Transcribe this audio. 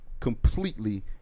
Completely